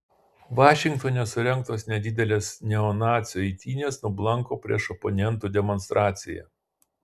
vašingtone surengtos nedidelės neonacių eitynės nublanko prieš oponentų demonstraciją